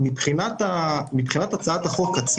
האם הכוונה שהחוק לא יחול על נכסים